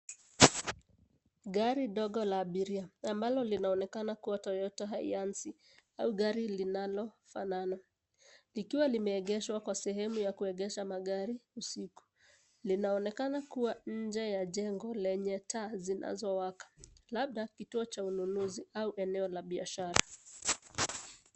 Gari dogo la abiria ambalo linaonekana kuwa toyota hayansi au gari linalofana. Likiwa limeegeshwa kwa sehemu ya kuegesha magari usiku. Linaonekana kuwa nje ya jengo lenye taa zinazo waka. Labda kituo cha ununuzi au eneo la biashara.